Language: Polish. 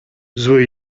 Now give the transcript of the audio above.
zły